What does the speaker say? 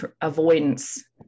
Avoidance